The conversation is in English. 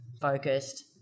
focused